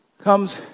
comes